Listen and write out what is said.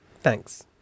Thanks